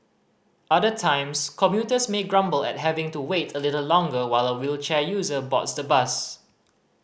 other times commuters may grumble at having to wait a little longer while a wheelchair user boards the bus